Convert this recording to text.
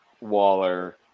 Waller